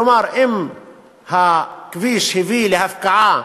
כלומר, אם הכביש הביא להפקעה